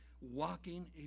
walking